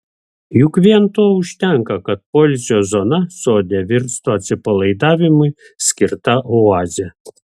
juk vien to užtenka kad poilsio zona sode virstų atsipalaidavimui skirta oaze